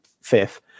fifth